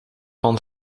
van